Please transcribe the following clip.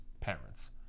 parents